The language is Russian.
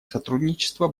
сотрудничество